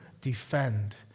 defend